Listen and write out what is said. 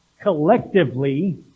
Collectively